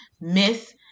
Miss